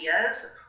ideas